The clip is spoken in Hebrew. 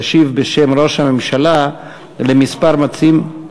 וישיב בשם ראש הממשלה לכמה מציעים,